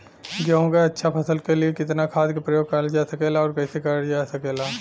गेहूँक अच्छा फसल क लिए कितना खाद के प्रयोग करल जा सकेला और कैसे करल जा सकेला?